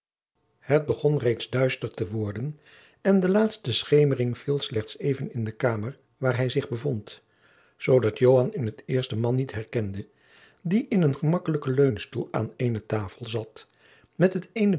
het begon reeds duister te worden en de laatste schemering viel slechts even in de kamer waar hij zich bevond zoodat joan in t eerst den man niet herkende die in een gemakkelijken leunstoel aan jacob van lennep de pleegzoon eene tafel zat met het eene